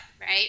right